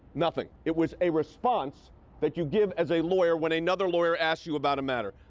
nothing. it was a response that you give as a lawyer when another lawyer asks you about a matter.